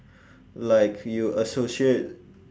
like you associate